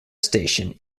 station